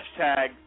hashtag